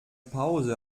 pause